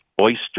oyster